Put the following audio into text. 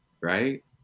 right